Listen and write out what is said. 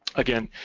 again,